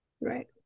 Right